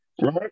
right